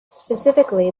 specifically